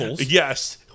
Yes